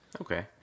Okay